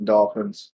Dolphins